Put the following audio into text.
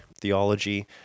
theology